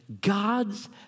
God's